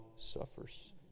suffers